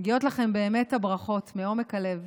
מגיעות לכם באמת ברכות מעומק הלב